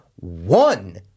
one